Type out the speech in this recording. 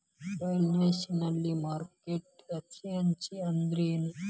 Financial market efficiency ಅಂದ್ರೇನು?